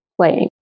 playing